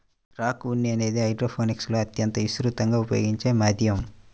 rock ఉన్ని అనేది హైడ్రోపోనిక్స్లో అత్యంత విస్తృతంగా ఉపయోగించే మాధ్యమం